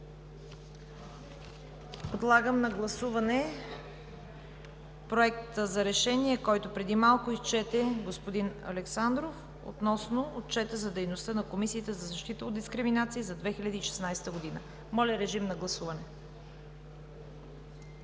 Подлагам на гласуване Проекта за решение, който преди малко изчете господин Александров, относно Отчета за дейността на Комисията за защита от дискриминация за 2016 г. Гласували